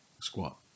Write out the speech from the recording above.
Squat